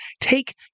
take